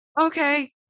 Okay